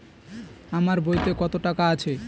আমার বইতে কত টাকা আছে?